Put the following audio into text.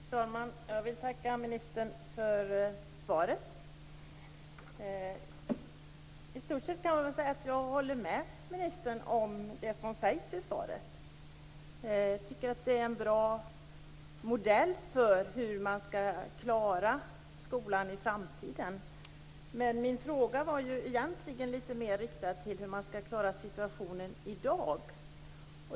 Fru talman! Jag vill tacka ministern för svaret. I stort sett kan jag hålla med ministern om det som sägs i svaret. Jag tycker att det är en bra modell för hur man skall klara skolan i framtiden. Men min fråga var egentligen litet mer riktad till hur man skall klara situationen i dag.